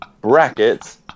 Brackets